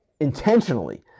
intentionally